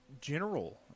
general